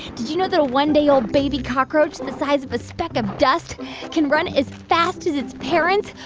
did you know that a one-day-old baby cockroach the size of a speck of dust can run as fast as its parents,